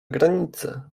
granicę